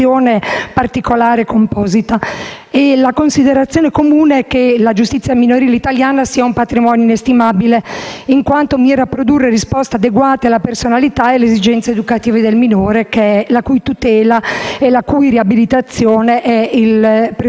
La considerazione comune è che la giustizia minorile italiana sia un patrimonio inestimabile, in quanto mira a produrre risposte adeguate alla personalità e alle esigenze educative del minore, la cui tutela e riabilitazione ne sono il presupposto e la finalità principale.